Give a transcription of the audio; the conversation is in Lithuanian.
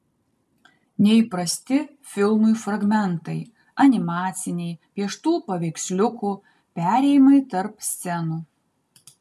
neįprasti filmui fragmentai animaciniai pieštų paveiksliukų perėjimai tarp scenų